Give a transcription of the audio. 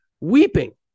weeping